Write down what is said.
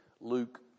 Luke